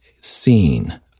seen